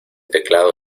teclado